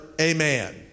amen